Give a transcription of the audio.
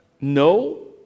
no